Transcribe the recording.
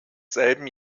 selben